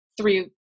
three